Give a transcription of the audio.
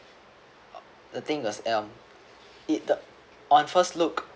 the things uh um it on first look